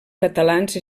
catalans